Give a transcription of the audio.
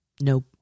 Nope